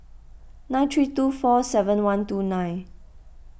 nine three two four seven one two nine